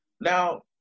Now